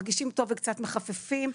מרגישים טוב וקצת מחפפים.